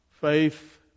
faith